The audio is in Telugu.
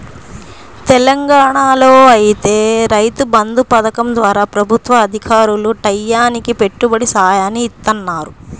తెలంగాణాలో ఐతే రైతు బంధు పథకం ద్వారా ప్రభుత్వ అధికారులు టైయ్యానికి పెట్టుబడి సాయాన్ని ఇత్తన్నారు